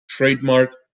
trademark